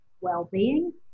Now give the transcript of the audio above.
well-being